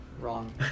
Wrong